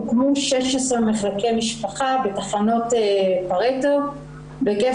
הוקמו 16 מחלקי משפחה בתחנות פרטו בהיקף